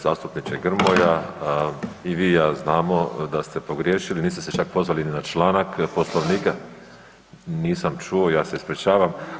zastupniče Grmoja, i vi i ja znamo da ste pogriješili, niste se čak pozvali ni na članak Poslovnika. … [[Upadica iz klupe se ne čuje]] Nisam čuo, ja se ispričavam.